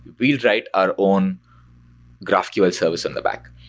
we'll write our own graphql service on the back.